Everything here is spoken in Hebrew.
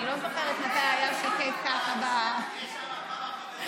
אני לא זוכרת מתי היה שקט ככה בדקות האחרונות.